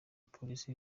polisi